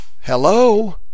Hello